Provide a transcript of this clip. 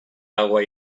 agua